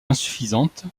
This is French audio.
insuffisante